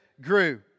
grew